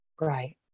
right